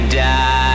die